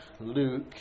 Luke